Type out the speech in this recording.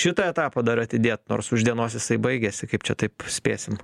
šitą etapą dar atidėt nors už dienos jisai baigiasi kaip čia taip spėsim